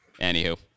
Anywho